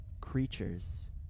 creatures